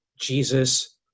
Jesus